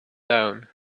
down